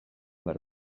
behar